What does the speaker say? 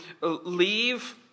leave